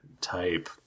type